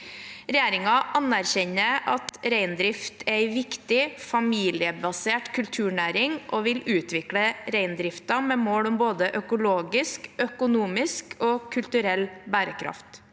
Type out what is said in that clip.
Regjeringen anerkjenner at reindrift er en viktig familiebasert kulturnæring og vil utvikle reindriften med mål om både økologisk, økonomisk og kulturell bærekraft.